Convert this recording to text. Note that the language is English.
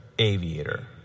aviator